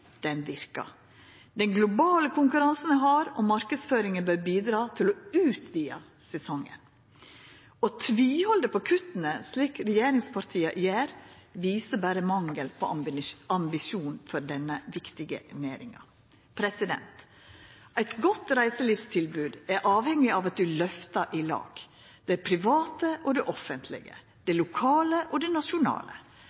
Den globale konkurransen er hard, og marknadsføringa bør bidra til å utvida sesongen. Å tvihalda på kutta, slik regjeringspartia gjer, viser berre mangel på ambisjon for denne viktige næringa. Eit godt reiselivstilbod er avhengig av at vi løftar i lag – det private og det offentlege, det